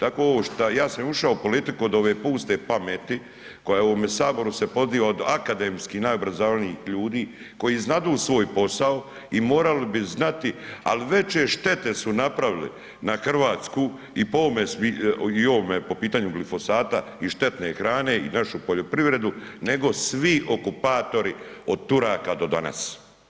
Tako ovo, šta ja sam ušao u politiku od ove puste pameti koja u ovome saboru se poziva od akademski najobrazovanijih ljudi koji znadu svoj posao i morali bi znati, ali veće štete su napravili na Hrvatsku i po ovome i ovome po pitanju glifosata i štetne hrane i našu poljoprivredu nego svi okupatori od Turaka do danas.